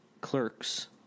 Clerks